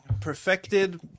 perfected